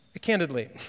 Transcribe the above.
candidly